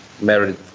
married